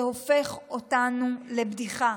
זה הופך אותנו לבדיחה",